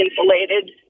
insulated